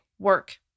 work